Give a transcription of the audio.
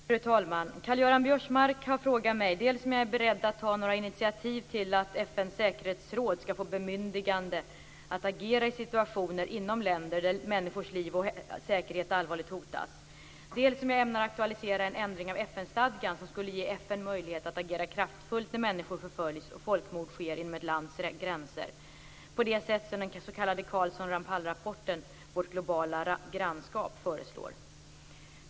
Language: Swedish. Fru talman! Karl-Göran Biörsmark har frågat mig dels om jag är beredd att ta några initiativ till att FN:s säkerhetsråd skall få bemyndigande att agera i situationer inom länder där människors liv och säkerhet allvarligt hotas, dels om jag ämnar aktualisera en ändring av FN-stadgan som skulle ge FN möjlighet att agera kraftfullt när människor förföljs och folkmord sker inom ett lands gränser, på det sätt som den s.k. Carlsson-Ramphal-rapporten, Vårt globala grannskap, föreslår.